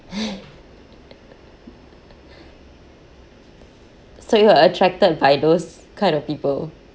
so you are attracted by those kind of people